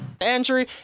Andrew